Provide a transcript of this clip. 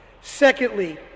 Secondly